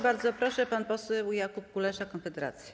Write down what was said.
Bardzo proszę, pan poseł Jakub Kulesza, Konfederacja.